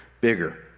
bigger